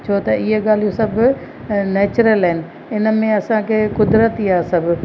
छो त इहे ॻाल्हियूं सभु नेचुरल आहिनि इन में असांखे कुदरती आहे सभु